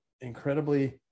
incredibly